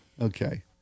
Okay